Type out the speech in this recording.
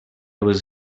was